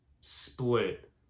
split